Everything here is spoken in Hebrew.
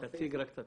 תציג את עצמך.